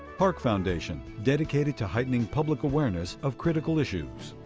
park foundation, dedicated to heightening public awareness of critical issues.